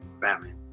Batman